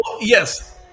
yes